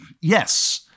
Yes